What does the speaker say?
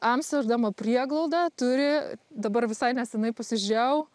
amsterdamo prieglauda turi dabar visai nesenai pasižiūrėjau